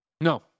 No